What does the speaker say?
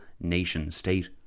nation-state